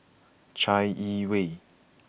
Chai Yee Wei